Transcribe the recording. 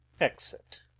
Exit